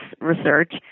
research